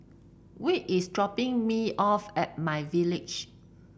Whit is dropping me off at MyVillage